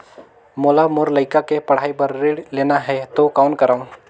मोला मोर लइका के पढ़ाई बर ऋण लेना है तो कौन करव?